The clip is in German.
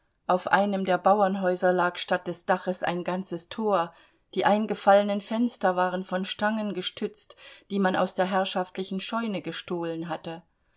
auf einem der bauernhäuser lag statt des daches ein ganzes tor die eingefallenen fenster waren von stangen gestützt die man aus der herrschaftlichen scheune gestohlen hatte